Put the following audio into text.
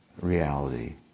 reality